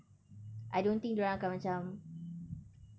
I don't think dia orang akan macam